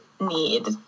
need